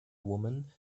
woman